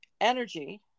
energy